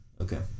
Okay